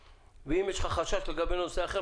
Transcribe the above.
ואם יש לך חשש לגבי נושא אחר,